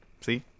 see